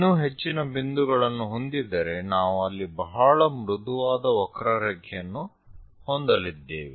ಇನ್ನೂ ಹೆಚ್ಚಿನ ಬಿಂದುಗಳನ್ನು ಹೊಂದಿದ್ದರೆ ನಾವು ಅಲ್ಲಿ ಬಹಳ ಮೃದುವಾದ ವಕ್ರರೇಖೆಯನ್ನು ಹೊಂದಲಿದ್ದೇವೆ